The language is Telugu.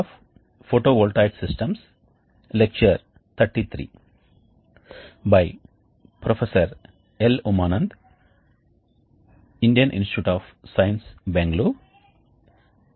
కాబట్టి ఇప్పటివరకు మేము హీట్ ఎక్స్ఛేంజర్స్ యొక్క ప్రాథమిక వర్గీకరణను కవర్ చేసాము మరియు హీట్ ఎక్స్ఛేంజర్స్ ను విశ్లేషించగల సాంకేతికతలను మేము చూశాము ప్రధానంగా 2 పద్ధతులు ఎక్కువగా ఉపయోగించబడతాయి